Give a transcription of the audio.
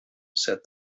said